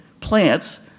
plants